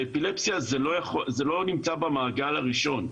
באפילפסיה זה לא נמצא במעגל הראשון.